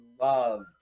loved